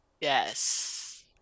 Yes